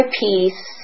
peace